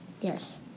Yes